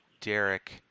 Derek